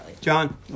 John